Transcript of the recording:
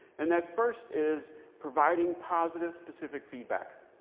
and that first is providing positive, specific feedback.